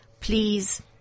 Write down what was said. Please